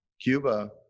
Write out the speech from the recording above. Cuba